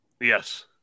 Yes